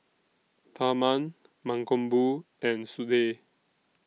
Tharman Mankombu and Sudhir